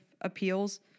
appeals